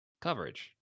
Coverage